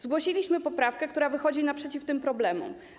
Zgłosiliśmy poprawkę, która wychodzi naprzeciw tym problemom.